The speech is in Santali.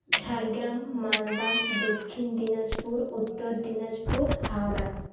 ᱡᱷᱟᱲᱜᱨᱟᱢ ᱢᱟᱞᱫᱟ ᱫᱚᱠᱠᱷᱤᱱ ᱫᱤᱱᱟᱡᱽᱯᱩᱨ ᱩᱛᱛᱚᱨ ᱫᱤᱱᱟᱡᱽᱯᱩᱨ ᱦᱟᱣᱲᱟ